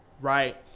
right